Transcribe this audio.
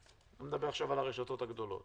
אני לא מדבר עכשיו על הרשתות הגדולות.